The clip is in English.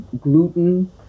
gluten